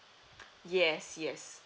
yes yes